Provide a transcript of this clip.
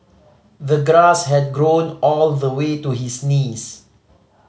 the grass had grown all the way to his knees